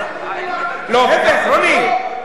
הצעת חוק, לא ראיתי דבר כזה.